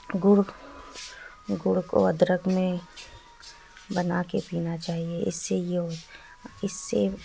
گڑ گڑ کو ادرک میں بنا کے پینا چاہیے اس سے یہ اس سے